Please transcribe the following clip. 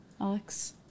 Alex